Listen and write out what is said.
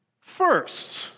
First